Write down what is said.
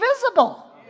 visible